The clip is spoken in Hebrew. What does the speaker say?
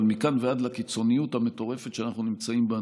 אבל מכאן ועד לקיצוניות המטורפת שאנחנו נמצאים בה,